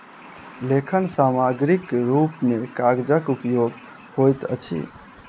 लेखन सामग्रीक रूप मे कागजक उपयोग होइत अछि